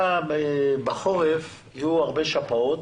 בחורף יהיו הרבה שפעות.